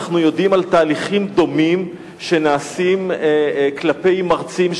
שתנאי סף הכרחי,